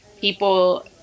people